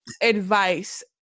advice